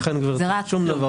אכן, גברתי, שום דבר.